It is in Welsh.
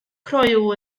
croyw